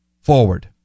Forward